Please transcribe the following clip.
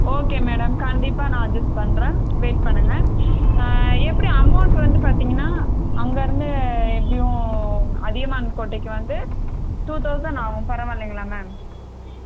okay madam கண்டிப்பாக நான் adjust பண்ணுறேன் வெயிட் பண்ணுங்க எப்படி அமௌண்ட் வந்து பார்த்தீங்கன்னா அங்கிருந்து எப்படியும் அதியமான் கோட்டைக்கு வந்து டூ தௌசண்ட் ஆகும் பரவாயில்லைங்களா மேம்